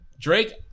Drake